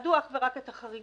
יתעדו אך ורק את החריגות,